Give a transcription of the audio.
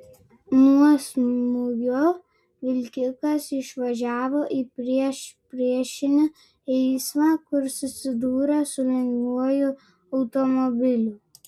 nuo smūgio vilkikas išvažiavo į priešpriešinį eismą kur susidūrė su lengvuoju automobiliu